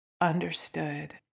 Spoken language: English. understood